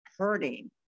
hurting